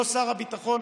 לא שר הביטחון,